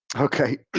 okay.